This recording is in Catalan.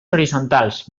horitzontals